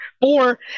four